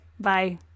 bye